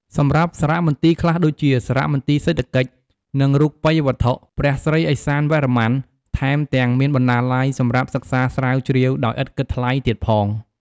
សម្រាប់សារមន្ទីរខ្លះដូចជា សារមន្ទីរសេដ្ឋកិច្ច និងរូបិយវត្ថុ ព្រះស្រីឦសានវរ្ម័ន ថែមទាំងមានបណ្ណាល័យសម្រាប់សិក្សាស្រាវជ្រាវដោយឥតគិតថ្លៃទៀតផង។